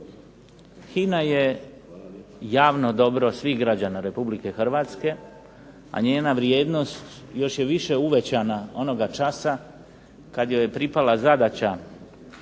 HINA je javno dobro svih građana Republike Hrvatske, a njena vrijednost još je više uvećana onoga časa kad joj je pripala zadaća čini se